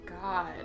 God